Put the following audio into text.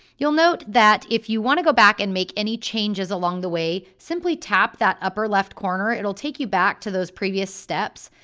you'll note that if you want to go back and make any changes along the way simply tap that upper-left corner and it'll take you back to those previous steps.